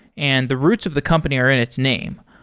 and the roots of the company are in its name.